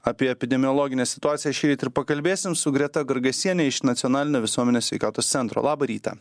apie epidemiologinę situaciją šįryt ir pakalbėsim su greta gargasiene iš nacionalinio visuomenės sveikatos centro labą rytą